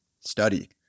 study